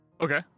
Okay